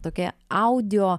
tokia audio